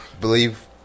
believe